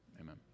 Amen